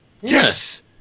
Yes